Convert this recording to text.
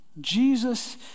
Jesus